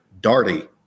Darty